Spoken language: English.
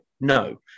No